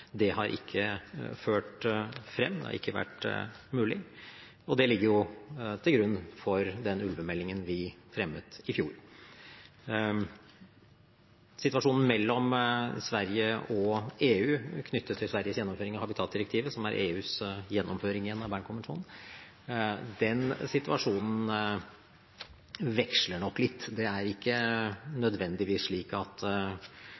Det har ikke ført frem, det har ikke vært mulig, og det ligger til grunn for den ulvemeldingen vi fremmet i fjor. Situasjonen mellom Sverige og EU knyttet til Sveriges gjennomføring av habitatdirektivet, som er EUs gjennomføring av Bern-konvensjonen, veksler nok litt. Det er ikke nødvendigvis slik at